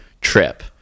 trip